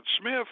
Smith